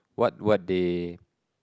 what what they